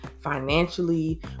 financially